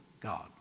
God